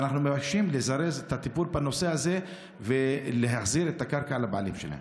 ואנחנו מבקשים לזרז את הטיפול בנושא הזה ולהחזיר את הקרקע לבעלים שלה.